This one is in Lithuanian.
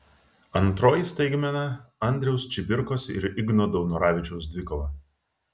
antroji staigmena andriaus čibirkos ir igno daunoravičiaus dvikova